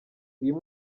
uyu